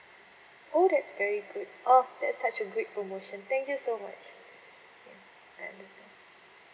oh that's very good oh that's such a great promotion thank you so much yes I understand